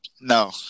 No